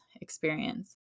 experience